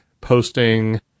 posting